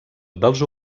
dels